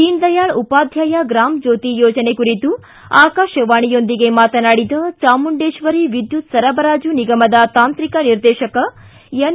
ದೀನ್ದಯಾಳ್ ಉಪಾಧ್ಯಾಯ ಗ್ರಾಮ ಜ್ಜೋತಿ ಯೋಜನೆ ಕುರಿತು ಆಕಾಶವಾಣಿಯೊಂದಿಗೆ ಮಾತನಾಡಿದ ಚಾಮುಂಡೇಶ್ವರಿ ವಿದ್ಯುತ್ ಸರಬರಾಜು ನಿಗಮದ ತಾಂತ್ರಿಕ ನಿರ್ದೇಶಕ ಎನ್